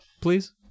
please